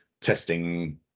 testing